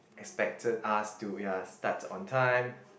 expected us to ya start on time